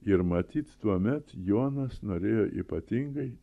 ir matyt tuomet jonas norėjo ypatingai